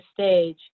stage